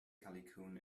callicoon